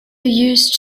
used